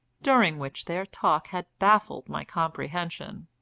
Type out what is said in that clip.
during which their talk had baffled my comprehension.